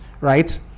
right